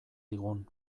digun